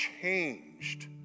changed